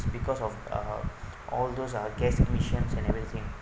because of uh all those uh gas emission and every thing